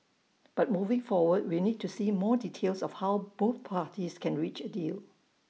but moving forward we need to see more details of how both parties can reach A deal